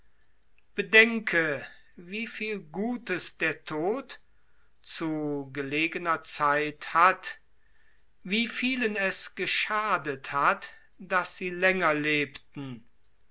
bedenke wie viel gutes der tod zu gelegener zeit hat wie vielen es geschadet hat daß sie länger lebten